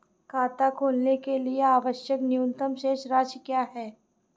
खाता खोलने के लिए आवश्यक न्यूनतम शेष राशि क्या है?